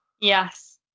Yes